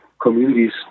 communities